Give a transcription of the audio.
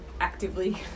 actively